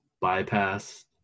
bypass